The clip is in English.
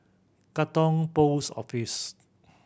Katong Post Office